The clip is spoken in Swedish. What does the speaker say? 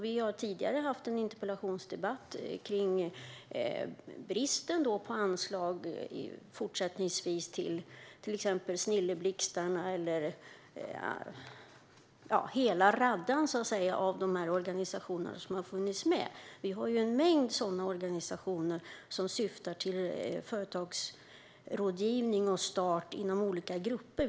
Vi har tidigare haft en interpellationsdebatt om bristen på fortsatta anslag till exempelvis Snilleblixtarna och hela raddan av organisationer som funnits med. Vi har en mängd sådana organisationer som syftar till företagsrådgivning och start inom olika grupper.